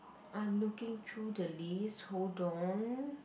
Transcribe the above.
I'm looking through the list hold on